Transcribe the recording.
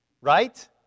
Right